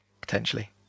potentially